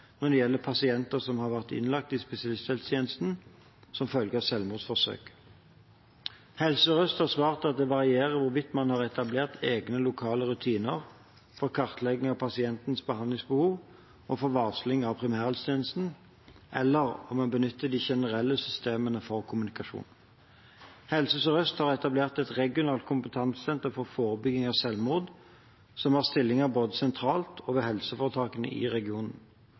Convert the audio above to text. når det gjelder pasienter som har vært innlagt i spesialisthelsetjenesten som følge av selvmordsforsøk. Helse Sør-Øst har svart at det varierer hvorvidt man har etablert egne lokale rutiner for kartlegging av pasientens behandlingsbehov og for varsling av primærhelsetjenesten, eller om man benytter de generelle systemene for kommunikasjon. Helse Sør-Øst har etablert et regionalt kompetansesenter for forebygging av selvmord som har stillinger både sentralt og ved helseforetakene i regionen.